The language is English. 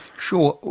sure.